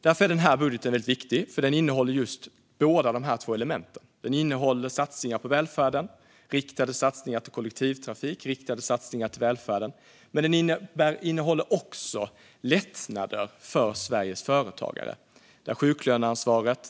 Därför är den här budgeten väldigt viktig, för den innehåller just dessa element. Den innehåller satsningar på välfärden och riktade satsningar till kollektivtrafik, men den innehåller också lättnader för Sveriges företagare.